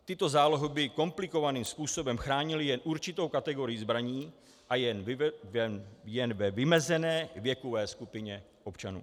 Tyto zálohy by komplikovaným způsobem chránily jen určitou kategorii zbraní a jen ve vymezené věkové skupině občanů.